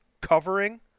covering